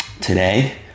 today